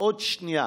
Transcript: עוד שנייה.